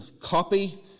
copy